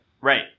right